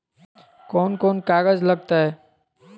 कौन कौन कागज लग तय?